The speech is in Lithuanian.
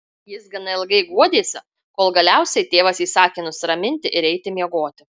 jis gana ilgai guodėsi kol galiausiai tėvas įsakė nusiraminti ir eiti miegoti